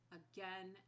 again